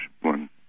one